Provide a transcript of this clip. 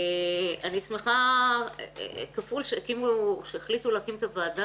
אני שמחה כפול שהחליטו להקים את הוועדה,